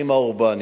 בשטחים האורבניים.